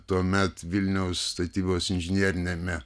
tuomet vilniaus statybos inžineriniame